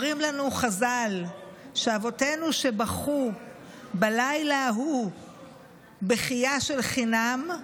אומרים לנו חז"ל שאבותינו שבכו בלילה ההוא בכייה של חינם,